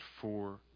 four